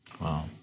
Wow